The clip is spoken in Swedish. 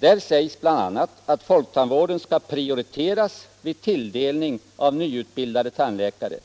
Där sägs bl.a. att folktandvården skall prioriteras vid tilldelning av nyutbildade tandläkare,